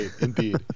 indeed